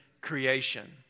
creation